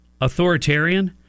authoritarian